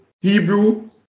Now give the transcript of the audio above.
Hebrew